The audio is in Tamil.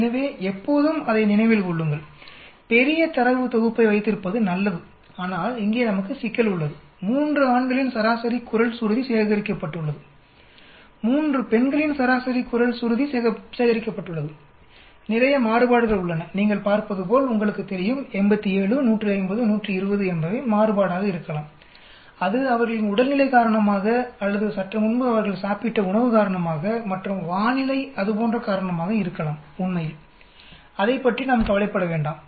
எனவே எப்போதும் அதை நினைவில் கொள்ளுங்கள்பெரிய தரவு தொகுப்பை வைத்திருப்பது நல்லது ஆனால் இங்கே நமக்கு சிக்கல் உள்ளது3 ஆண்களின் சராசரி குரல் சுருதி சேகரிக்கப்பட்டுள்ளது 3 பெண்களின் சராசரி குரல் சுருதி சேகரிக்கப்பட்டுள்ளது நிறைய மாறுபாடுகள் உள்ளன நீங்கள் பார்ப்பதுபோல் உங்களுக்குத் தெரியும்87 150 120 என்பவை மாறுபாடாக இருக்கலாம் அது அவர்களின் உடல்நிலை காரணமாக அல்லது சற்று முன்பு அவர்கள் சாப்பிட்ட உணவு காரணமாக மற்றும் வானிலை அதுபோன்ற காரணமாக இருக்கலாம் உண்மையில் அதைப் பற்றி நாம் கவலைப்பட வேண்டாம்